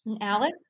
Alex